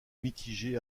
mitigés